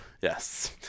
Yes